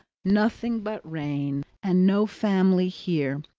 nothing but rain and no family here!